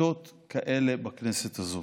מעטות כאלה בכנסת הזאת.